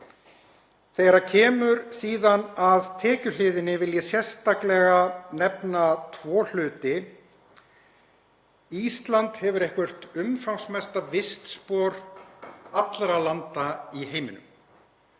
Þegar kemur að tekjuhliðinni vil ég sérstaklega nefna tvo hluti. Ísland hefur eitthvert umfangsmesta vistspor allra landa í heiminum.